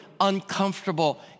uncomfortable